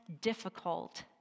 difficult